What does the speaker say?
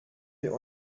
wir